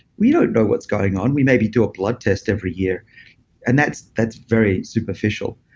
we don't know what's going on. we maybe do a blood test every year and that's that's very superficial.